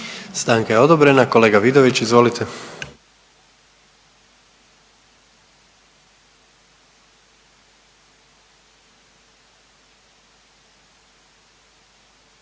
Stanka je odobrena. Kolega Vidović, izvolite.